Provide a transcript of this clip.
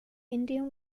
indian